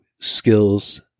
skills